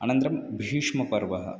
अनन्तरं भीष्मपर्वः